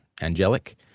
angelic